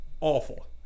awful